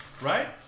right